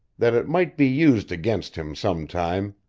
that it might be used against him some time.